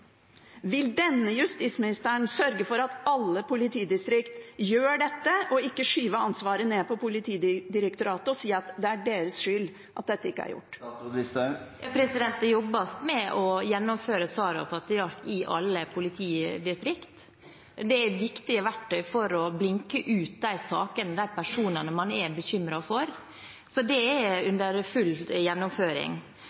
Vil denne justisministeren sørge for at alle politidistrikt gjør dette, og ikke skyve ansvaret ned til Politidirektoratet og si at det er deres skyld at dette ikke er gjort? Det jobbes med å gjennomføre SARA og PATRIARK i alle politidistrikt. Dette er viktige verktøy for å blinke ut de sakene og personene man er bekymret for. Så det gjennomføres for fullt. Det er